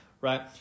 right